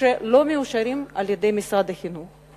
שלא מאושרים על-ידי משרד החינוך.